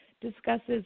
discusses